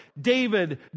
David